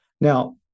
Now